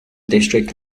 district